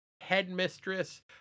headmistress